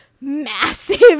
massive